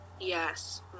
Yes